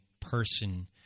person